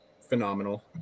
phenomenal